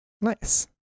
Nice